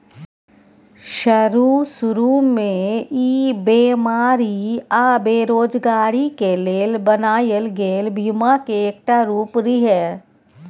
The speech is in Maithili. शरू शुरू में ई बेमारी आ बेरोजगारी के लेल बनायल गेल बीमा के एकटा रूप रिहे